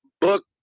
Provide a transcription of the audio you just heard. book